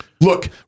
Look